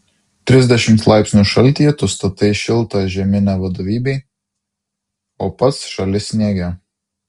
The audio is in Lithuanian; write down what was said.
trisdešimt laipsnių šaltyje tu statai šiltą žeminę vadovybei o pats šąli sniege